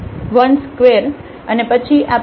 તેથી અહીં આપણી પાસે એક 2 થી વધુની ટર્મ છે